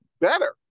better